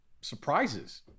surprises